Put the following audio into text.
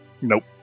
Nope